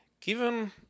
Given